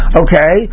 okay